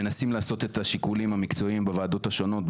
מנסים לעשות את השיקולים המקצועיים בוועדות השונות,